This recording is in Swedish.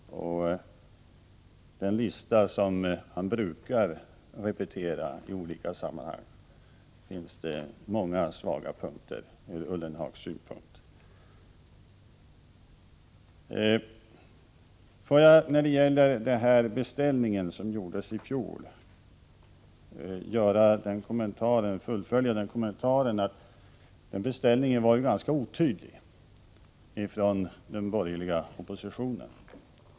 På den lista som Ullenhag brukar repetera i olika sammanhang finns det många ur hans synvinkel svaga punkter. När det gäller den beställning som gjordes i fjol vill jag fullfölja min tidigare kommentar. Denna beställning från den borgerliga oppositionen var ganska otydlig.